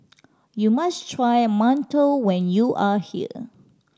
you must try mantou when you are here